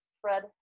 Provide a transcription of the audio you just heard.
Fred